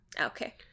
Okay